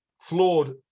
flawed